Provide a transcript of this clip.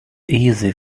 easy